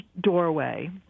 doorway